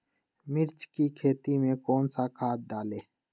मिर्च की खेती में कौन सा खाद डालें?